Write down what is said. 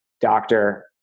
doctor